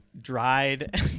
dried